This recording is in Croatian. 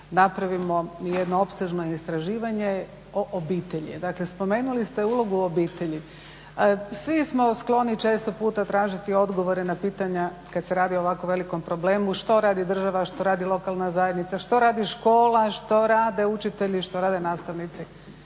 napravimo i jedno opsežno istraživanje o obitelji. Dakle, spomenuli ste ulogu obitelji. Svi smo skloni često puta tražiti odgovore na pitanja kad se radi o ovako velikom problemu, što radi država, što radi lokalna zajednica, što radi škola, što rade učitelji, što rade nastavnici?